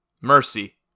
mercy